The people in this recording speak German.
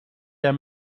der